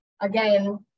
Again